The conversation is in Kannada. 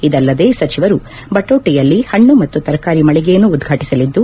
ಇದಲ್ಲದೆ ಸಚಿವರು ಬಟೋಟೆಯಲ್ಲಿ ಹಣ್ಣು ಮತ್ತು ತರಕಾರಿ ಮಂಡಿಯನ್ನು ಉದ್ವಾಟಸಲಿದ್ದು